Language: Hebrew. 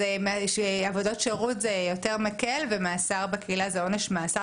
אז עבודות שירות זה יותר מקל ומאסר בקהילה זה עונש מאסר